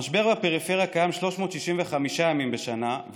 המשבר בפריפריה קיים 365 ימים בשנה,